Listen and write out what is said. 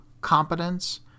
competence